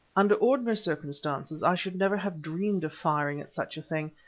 under ordinary circumstances i should never have dreamed of firing at such a thing,